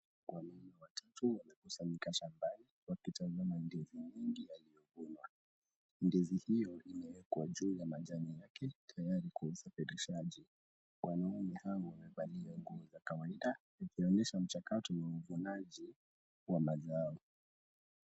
Wanaume watatu wamekusanyika shambani wakitazama ndizi mingi yaliyovunwa. Ndizi hiyo imewekwa juu ya majani yake tayari kwa usafirishaji. Wanaume hawa wamevalia nguo za kawaida, wakionyesha mchakato wa uvunaji wa mazao.